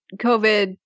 COVID